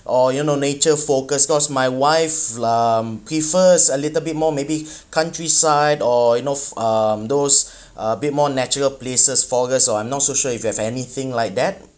or you know nature focused cause my wife um prefers a little bit more maybe countryside or you know um those a bit more natural places forest I'm not so sure if you have anything like that